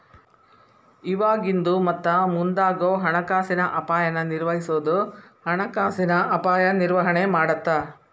ಇವಾಗಿಂದು ಮತ್ತ ಮುಂದಾಗೋ ಹಣಕಾಸಿನ ಅಪಾಯನ ನಿರ್ವಹಿಸೋದು ಹಣಕಾಸಿನ ಅಪಾಯ ನಿರ್ವಹಣೆ ಮಾಡತ್ತ